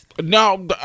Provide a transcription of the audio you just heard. no